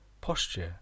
posture